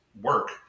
work